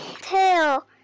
tail